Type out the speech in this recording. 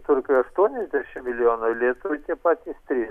turkijoj aštuoniasdešim milijonų o lietuvai tie patys trys